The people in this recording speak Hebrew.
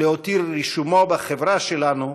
להותיר את רישומו בחברה שלנו